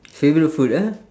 favourite food ah